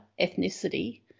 ethnicity